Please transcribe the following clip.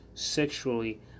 sexually